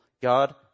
God